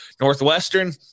Northwestern